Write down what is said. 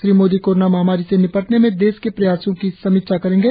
Shri Modi corona महामारी से निपटने में देश के प्रयासों की समीक्षा करेंगे